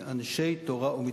עם אנשי תורה ומצוות.